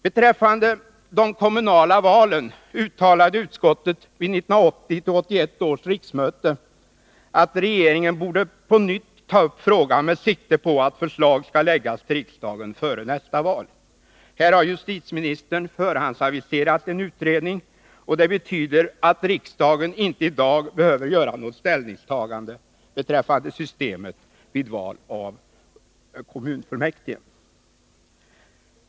Beträffande de kommunala valen uttalade utskottet vid 1980/81 års riksmöte att regeringen borde på nytt ta upp frågan med sikte på att förslag skall läggas till riksdagen före nästa val. Här har justitieministern aviserat en utredning. Det betyder att riksdagen inte i dag behöver göra något ställningstagande beträffande systemet vid val av kommunfullmäktige.